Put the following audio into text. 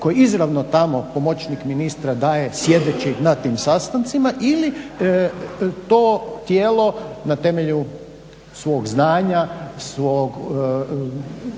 koje izravno tamo pomoćnik ministra daje sjedeći na tim sastancima ili to tijelo na temelju svog znanja, svega